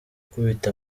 gukubita